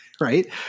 right